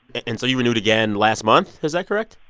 and so you renewed again last month. is that correct?